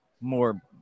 more